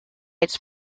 its